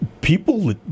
people